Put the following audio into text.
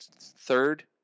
third